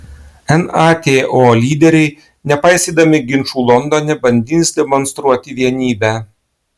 nato lyderiai nepaisydami ginčų londone bandys demonstruoti vienybę